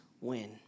win